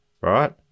right